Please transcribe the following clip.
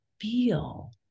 feel